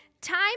Time